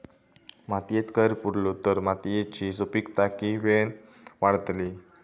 मातयेत कैर पुरलो तर मातयेची सुपीकता की वेळेन वाडतली?